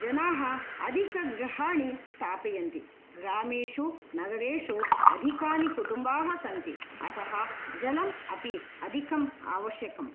जनाः अधिकग्रहाणि स्थापयन्ति ग्रामेषु नगरेषु अधिकानि कुटुम्बाः सन्ति अतः जलम् अपि अधिकम् आवश्यकम्